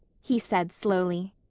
he said slowly.